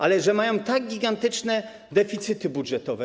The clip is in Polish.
Ale że mają tak gigantyczne deficyty budżetowe?